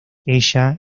ella